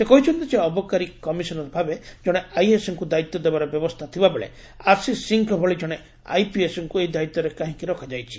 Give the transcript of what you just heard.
ସେ କହିଛନ୍ତି ଯେ ଅବକାରୀ କମିଶନର ଭାବେ ଜଣେ ଆଇଏଏସଙ୍ଙୁ ଦାୟିତ୍ୱ ଦେବାର ବ୍ୟବସ୍ଥା ଥିବାବେଳେ ଆଶୀଷ ସିଂହଙ୍କ ଭଳି ଜଶେ ଆଇପିଏସଙ୍କୁ ଏହି ଦାୟିତ୍ୱରେ କାହିଁକି ରଖାଯାଇଛି